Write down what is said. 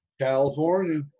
California